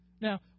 now